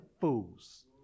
fools